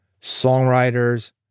Songwriters